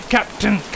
Captain